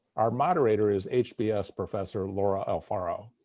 our moderator is hbs professor laura alfaro.